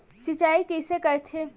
सिंचाई कइसे करथे?